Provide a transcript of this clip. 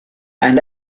and